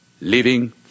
living